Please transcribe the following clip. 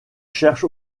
cherche